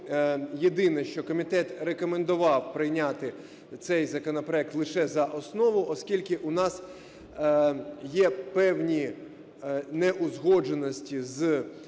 єдине, що комітет рекомендував прийняти цей законопроект за основу, оскільки у нас певні неузгодженості з Кабінетом